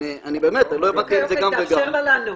אני מאוד מבקשת מכם תעירו הערות רלוונטיות.